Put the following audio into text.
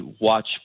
watch